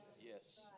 Yes